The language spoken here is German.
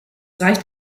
reicht